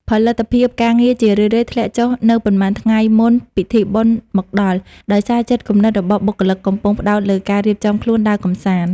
ផលិតភាពការងារជារឿយៗធ្លាក់ចុះនៅប៉ុន្មានថ្ងៃមុនពិធីបុណ្យមកដល់ ដោយសារចិត្តគំនិតរបស់បុគ្គលិកកំពុងផ្តោតលើការរៀបចំខ្លួនដើរកម្សាន្ត។